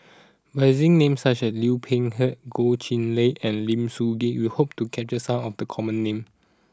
by using names such as Liu Peihe Goh Chiew Lye and Lim Soo Ngee we hope to capture some of the common names